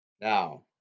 Now